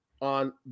on